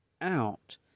out